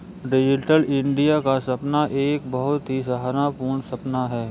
digital India का सपना एक बहुत ही सराहना पूर्ण सपना है